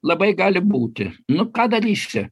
labai gali būti nu ką darysi